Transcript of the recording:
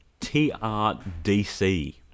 TRDC